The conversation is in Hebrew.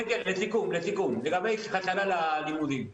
לסיכום, לגבי החזרה ללימודים,